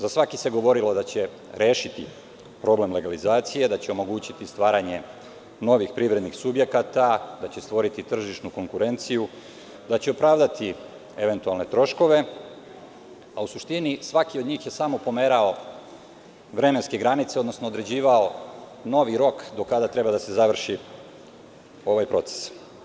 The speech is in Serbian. Za svaki se govorilo da će rešiti problem legalizacije, da će omogućiti stvaranje novih privrednih subjekata, da će stvoriti tržišnu konkurenciju, da će opravdati eventualne troškove, a u suštini, svaki od njih je samo pomerao vremenske granice, odnosno određivao novi rok do kada treba da se završi ovaj proces.